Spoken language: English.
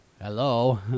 hello